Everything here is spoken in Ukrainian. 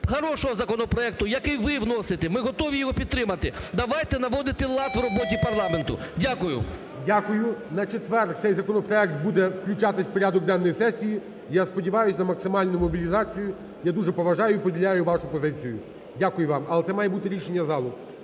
Дякую. На четвер цей законопроект буде включатись в порядок денний сесії, я сподіваюсь на максимальну мобілізацію, я дуже поважаю і поділяю вашу позицію. Дякую вам, але це має бути рішення залу.